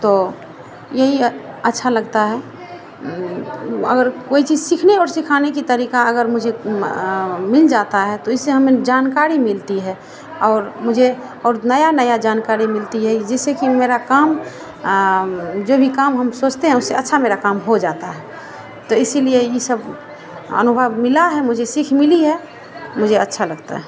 तो यही अच्छा लगता है अगर कोई चीज़ सीखने और सिखाने का तरीका अगर मुझे मिल जाता है तो इससे हमें जानकारी मिलती है और मुझे और नई नई जानकारी मिलती है कि जिससे कि मेरा काम जो भी काम हम सोचते हैं उससे अच्छा मेरा काम हो जाता है तो इसीलिए ई सब अनुभव मिला है मुझे सीख मिली है मुझे अच्छा लगता है